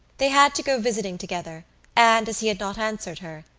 they had to go visiting together and, as he had not answered her,